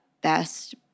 best